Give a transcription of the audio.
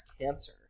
cancer